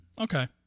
Okay